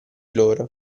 loro